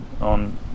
on